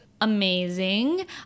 amazing